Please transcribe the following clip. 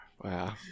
Wow